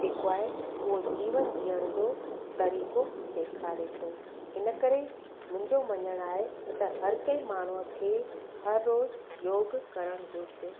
जेको आहे उहो जीवन जीअण जो तरीक़ो सेखारे थो हिन करे मुंहिंजो मञणु आहे त हर कंहिं माण्हूअ खे हर रोज़ु योग करणु घुरिजे